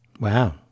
Wow